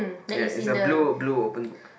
ya is a blue blue open book